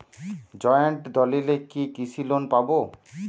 Joint দলিলে কি কৃষি লোন পাব?